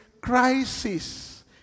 crisis